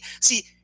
See